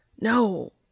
No